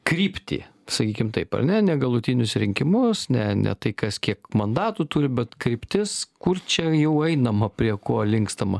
kryptį sakykim taip ar ne ne galutinius rinkimus ne ne tai kas kiek mandatų turi bet kryptis kur čia jau einama prie ko linkstama